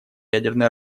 ядерное